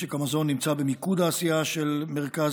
משק המזון נמצא במיקוד העשייה של מרכז